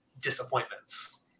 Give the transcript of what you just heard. disappointments